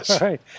right